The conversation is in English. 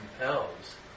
compels